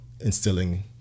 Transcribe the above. instilling